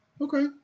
Okay